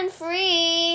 free